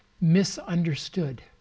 misunderstood